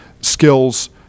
skills